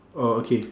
oh okay